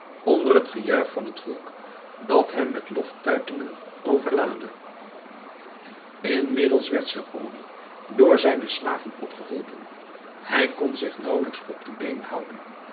onder het gejuich van het volk dat hem met loftuitingen overlaadde inmiddels werd saony door zijne slaven opgeholpen hij kon zich naauwelijks op de been houden